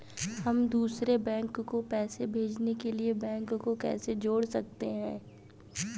हम दूसरे बैंक को पैसे भेजने के लिए बैंक को कैसे जोड़ सकते हैं?